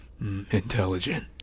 intelligent